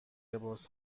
لباس